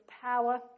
power